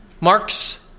marks